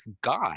God